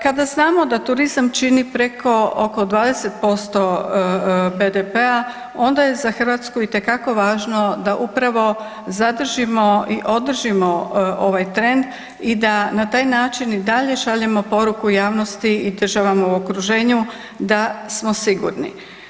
Kada znamo da turizam čini preko oko 20% BDP-a onda je za Hrvatsku itekako važno da upravo zadržimo i održimo ovaj trend i da na taj način i dalje šaljemo poruku javnosti i državama u okruženju da smo sigurni.